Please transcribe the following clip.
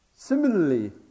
Similarly